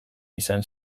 izan